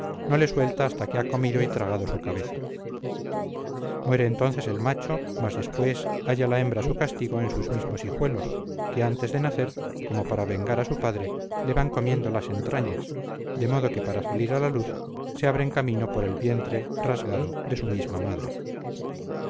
no le suelta hasta que ha comido y tragado su cabeza muere entonces el macho mas después halla la hembra su castigo en sus mismos hijuelos que antes de nacer como para vengar a su padre le van comiendo las entradas de modo que para salir a luz se abren camino por el vientre rasgado de su misma madre